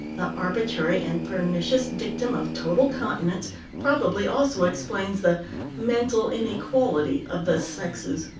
the arbitrary and pernicious dictum of total continence probably also explains the mental inequality of the sexes.